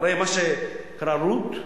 הרי מה שקרה, רות,